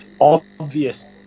obvious